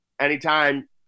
Anytime